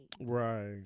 Right